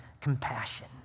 compassion